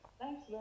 Thanks